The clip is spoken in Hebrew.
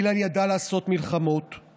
אילן ידע לעשות מלחמות,